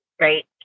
right